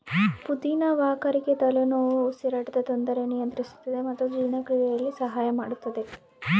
ಪುದಿನ ವಾಕರಿಕೆ ತಲೆನೋವು ಉಸಿರಾಟದ ತೊಂದರೆ ನಿಯಂತ್ರಿಸುತ್ತದೆ ಮತ್ತು ಜೀರ್ಣಕ್ರಿಯೆಯಲ್ಲಿ ಸಹಾಯ ಮಾಡುತ್ತದೆ